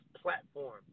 platform